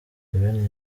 museveni